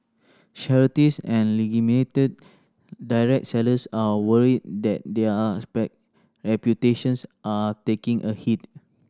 charities and direct sellers are worried that their reputations are taking a hit